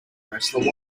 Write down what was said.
wrestler